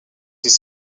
des